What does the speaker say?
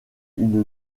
une